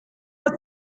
ist